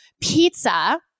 pizza